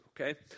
okay